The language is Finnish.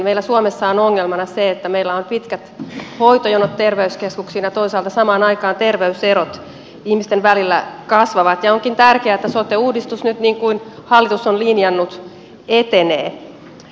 meillä suomessa on ongelmana se että meillä on pitkät hoitojonot terveyskeskuksiin ja toisaalta samaan aikaan terveyserot ihmisten välillä kasvavat ja onkin tärkeää että sote uudistus nyt niin kuin hallitus on linjannut etenee